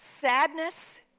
sadness